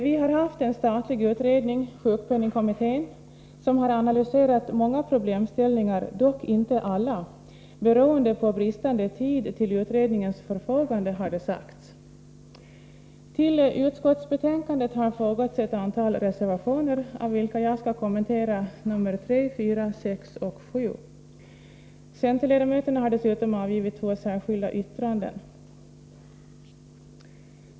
Vi har haft en statlig utredning, sjukpenningkommittén, som har analyserat många problemställningar, dock inte alla — beroende på bristande tid till utredningens förfogande, har det sagts. Till utskottsbetänkandet har fogats ett antal reservationer, av vilka jag skall kommentera nr 3, 4, 6 och 7. Centerledamöterna har dessutom avgivit två särskilda yttranden.